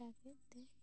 ᱛᱮ